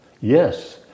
Yes